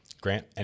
Grant